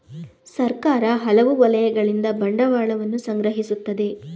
ಸರ್ಕಾರ ಹಲವು ವಲಯಗಳಿಂದ ಬಂಡವಾಳವನ್ನು ಸಂಗ್ರಹಿಸುತ್ತದೆ